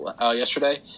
yesterday